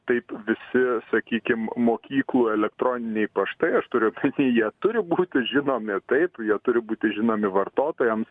taip visi sakykim mokyklų elektroniniai paštai aš turiu omeny jie turi būti žinomi taip jie turi būti žinomi vartotojams